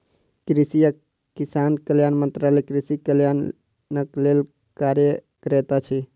कृषि आ किसान कल्याण मंत्रालय कृषि कल्याणक लेल कार्य करैत अछि